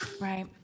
Right